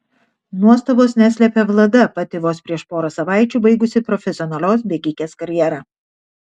nuostabos neslepia vlada pati vos prieš porą savaičių baigusi profesionalios bėgikės karjerą